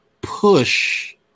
push